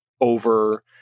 over